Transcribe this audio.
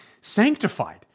sanctified